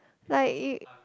like it